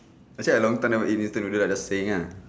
actually I long time never eat instant noodle just saying ah